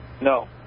No